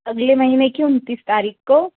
अगले महीने की उन्तीस तारीख को